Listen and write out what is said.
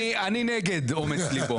אני נגד אומץ ליבו.